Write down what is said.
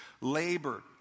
Labor